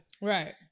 Right